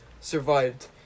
survived